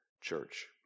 church